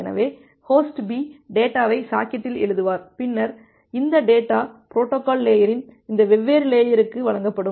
எனவே host B டேட்டாவை சாக்கெட்டில் எழுதுவார் பின்னர் இந்த டேட்டா பொரோட்டோகால் லேயரின் இந்த வெவ்வேறு லேயருக்கு வழங்கப்படும்